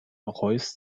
reuß